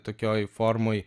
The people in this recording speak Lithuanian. tokioj formoj